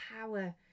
power